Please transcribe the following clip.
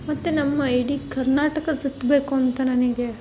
ಮತ್ತು ನಮ್ಮ ಇಡೀ ಕರ್ನಾಟಕ ಸುತ್ತಬೇಕು ಅಂತ ನನಗೆ